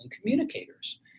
communicators